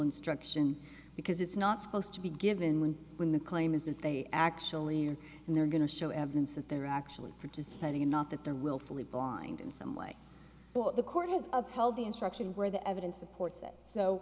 instruction because it's not supposed to be given when when the claim is that they actually are and they're going to show evidence that they're actually participating in not that there will fully blind in some way what the court has upheld the instruction where the evidence supports it so